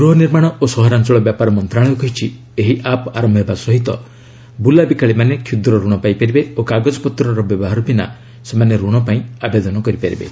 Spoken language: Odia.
ଗୃହ ନିର୍ମାଣ ଓ ସହରାଞ୍ଚଳ ବ୍ୟାପାର ମନ୍ତ୍ରଣାଳୟ କହିଛି ଏହି ଆପ୍ ଆରମ୍ଭ ହେବା ସହିତ ବୁଲାବିକାଳି ମାନେ କ୍ଷୁଦ୍ର ଋଣ ପାଇପାରିବେ ଓ କାଗଜପତ୍ରର ବ୍ୟବହାର ବିନା ସେମାନେ ଋଣ ପାଇଁ ଆବେଦନ କରିପାରିବେ